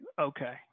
okay